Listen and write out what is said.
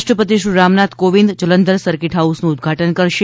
રાષ્ટ્રપતિ શ્રી રામનાથ કોવિંદ જલંધર સર્કિટ હાઉસનું ઉદધાટન કરશે